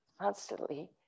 constantly